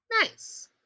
Nice